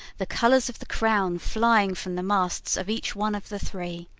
the colors of the crown flying from the masts of each one of the three.